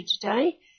Today